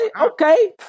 Okay